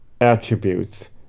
attributes